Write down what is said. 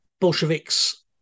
bolsheviks